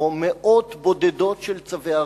או מאות בודדות של צווי הריסה.